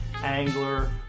angler